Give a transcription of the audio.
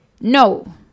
No